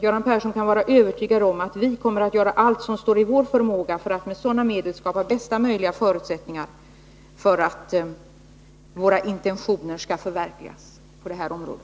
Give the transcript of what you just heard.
Göran Persson kan vara övertygad om att vi kommer att göra allt som står i vår förmåga för att med sådana medel skapa bästa möjliga förutsättningar för att våra intentioner skall förverkligas på detta område.